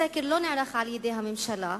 הסקר לא נערך על-ידי הממשלה,